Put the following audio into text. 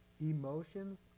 Emotions